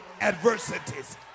adversities